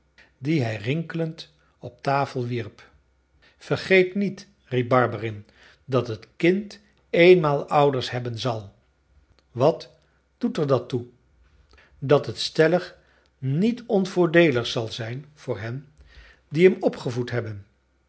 die hij rinkelend op tafel wierp vergeet niet riep barberin dat het kind eenmaal ouders hebben zal wat doet er dat toe dat het stellig niet onvoordeelig zal zijn voor hen die hem opgevoed hebben